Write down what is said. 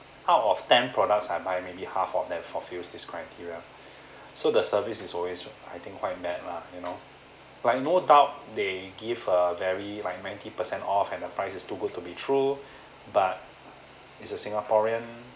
out of ten products I buy maybe half of them fulfils this criteria so the service is always I think quite mad lah you know like I no doubt they give a very like ninety percent off and the price is too good to be true but it's a singaporean